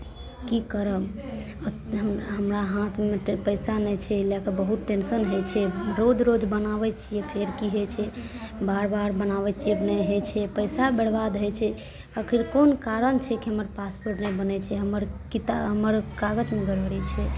की करब हम हमरा हाथमे तऽ पैसा नहि छै एहि लऽ कऽ बहुत टेन्शन होइ छै रोज रोज बनाबैत छियै फेर की होइ छै बार बार बनाबै छियै नहि होइ छै पैसा बरबाद होइ छै आखिर कोन कारण छै कि हमर पासपोर्ट नहि बनै छै हमर किता हमर कागजमे गड़बड़ी छै